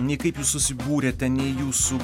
nei kaip susibūrėte nei jūsų